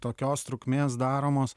tokios trukmės daromos